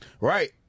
Right